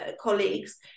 colleagues